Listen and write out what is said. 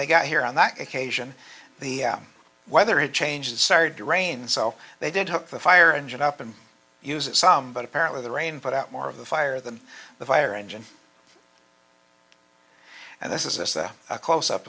they got here on that occasion the weather had changed started to rain so they didn't have the fire engine up and use it some but apparently the rain put out more of the fire than the fire engine and this is this the close up